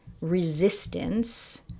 resistance